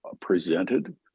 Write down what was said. presented